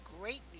great